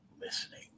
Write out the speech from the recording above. listening